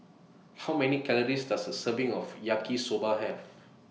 How Many Calories Does A Serving of Yaki Soba Have